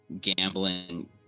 gambling